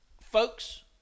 Folks